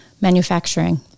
manufacturing